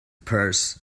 purse